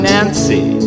Nancy